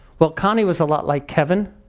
well, connie was a lot like kevin.